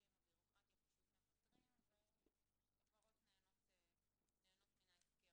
עם הבירוקרטיה פשוט מוותרים וחברות נהנות מן ההפקר.